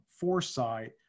foresight